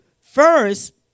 first